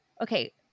okay